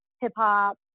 hip-hop